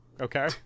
Okay